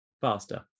faster